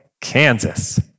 Kansas